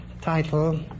title